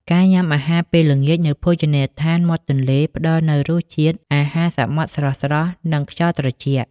ការញ៉ាំអាហារពេលល្ងាចនៅភោជនីយដ្ឋានមាត់ទន្លេ ផ្ដល់នូវរសជាតិអាហារសមុទ្រស្រស់ៗ និងខ្យល់ត្រជាក់។